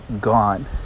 gone